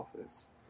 office